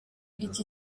iki